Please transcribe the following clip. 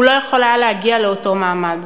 הוא לא יכול היה להגיע לאותו מעמד.